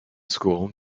school